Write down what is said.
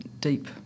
deep